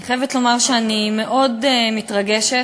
אני חייבת לומר שאני מאוד מתרגשת,